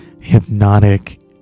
hypnotic